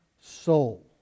soul